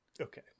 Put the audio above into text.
Okay